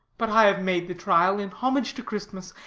but i have made the trial in homage to christmas,